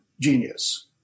genius